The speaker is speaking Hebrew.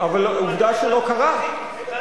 אבל עובדה שלא קרה.